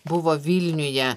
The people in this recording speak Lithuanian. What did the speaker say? buvo vilniuje